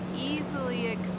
easily